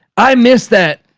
i missed that.